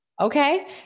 Okay